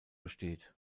besteht